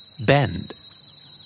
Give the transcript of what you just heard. Bend